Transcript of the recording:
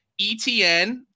ETN